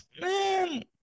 man